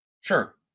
sure